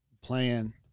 playing